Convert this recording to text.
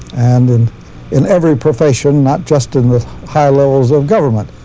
and and in every profession, not just in the high levels of government,